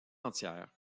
entière